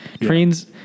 Trains